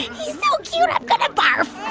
he's so cute i'm going to barf